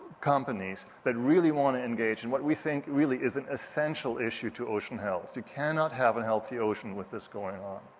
companies that really wanna engage and what we think really is an essential issue to ocean health. you cannot have a healthy ocean with this going on.